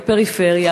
בפריפריה,